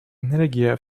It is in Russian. энергия